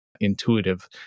Intuitive